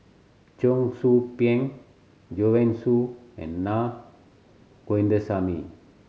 Cheong Soo Pieng Joanne Soo and Na Govindasamy